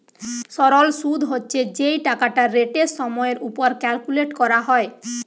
সরল শুদ হচ্ছে যেই টাকাটা রেটের সময়ের উপর ক্যালকুলেট করা হয়